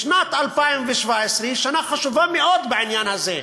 בשנת 2017, שנה חשובה מאוד בעניין הזה,